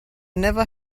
never